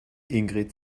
ingrid